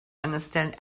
understand